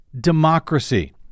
democracy